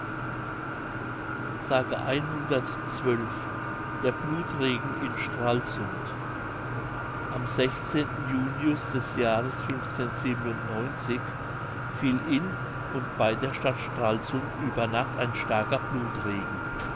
der blutregen in stralsund am junius des jahres fiel in und bei der stadt stralsund über nacht ein starker